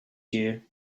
you